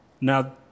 Now